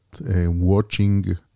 watching